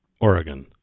Oregon